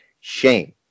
shame